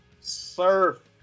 surf